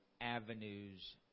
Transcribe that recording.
avenues